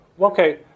Okay